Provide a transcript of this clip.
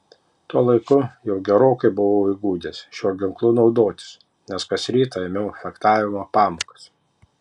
tuo laiku jau gerokai buvau įgudęs šiuo ginklu naudotis nes kas rytą ėmiau fechtavimo pamokas